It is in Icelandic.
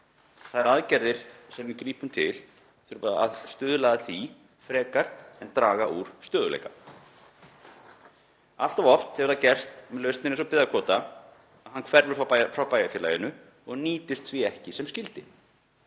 Þær aðgerðir sem við grípum til þurfa að stuðla að því frekar en að draga úr stöðugleika. Allt of oft hefur það gerst með lausnir eins og byggðakvóta að hann hverfur frá bæjarfélaginu og nýtist því ekki sem skyldi.